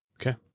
Okay